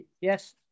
Yes